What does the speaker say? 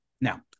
Now